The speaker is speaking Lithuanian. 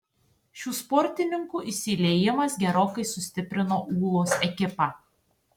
šių sportininkų įsiliejimas gerokai sustiprino ūlos ekipą